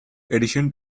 edition